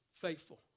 Faithful